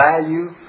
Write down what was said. value